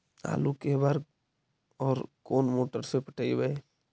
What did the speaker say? आलू के बार और कोन मोटर से पटइबै?